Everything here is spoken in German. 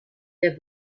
der